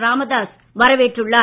ராமதாஸ் வரவேற்றுள்ளார்